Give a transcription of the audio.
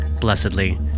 Blessedly